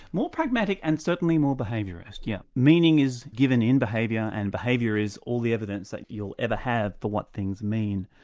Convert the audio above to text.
more pragmatic and certainly more behaviourist, yes. meaning is given in behaviour and behaviour is all the evidence that you'll ever have for what things mean.